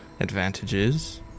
advantages